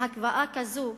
עם הקפאה כזאת,